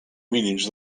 mínims